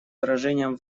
выражением